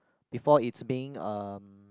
before it's being um